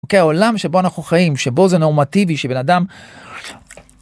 כי העולם שבו אנחנו חיים שבו זה נורמטיבי שבן אדם.